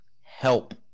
help